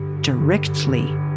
...directly